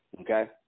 okay